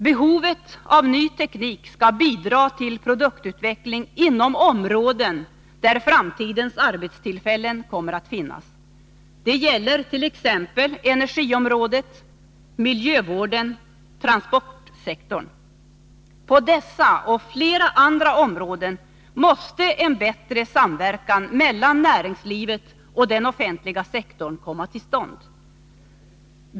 Behovet av ny teknik skall bidra till produktutveckling inom områden där framtidens arbetstillfällen kommer att finnas. Det gäller t.ex. energiområdet, miljövården och transportsektorn. På dessa och flera andra områden måste en bättre samverkan mellan näringslivet och den offentliga sektorn komma till stånd.